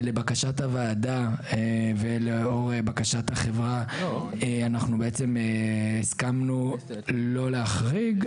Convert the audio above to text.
לבקשת הועדה ולאור בקשת החברה אנחנו בעצם הסכמנו לא להחריג,